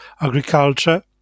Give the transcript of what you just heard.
agriculture